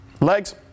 Legs